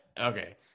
okay